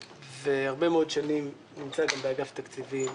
והרבה מאוד שנים נמצא גם באגף התקציבים.